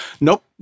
nope